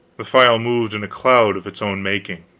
the file moved in a cloud of its own making.